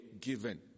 given